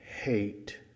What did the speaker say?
hate